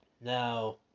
Now